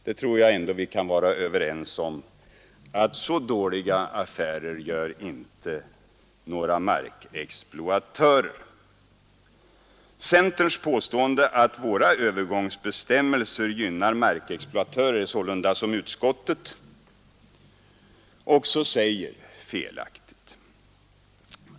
Jag tror vi kan vara överens om att några markexploatörer inte gör så dåliga affärer. Centerns påstående att våra övergångsbestämmelser gynnar markexploatörer är sålunda felaktigt, vilket också utskottet säger.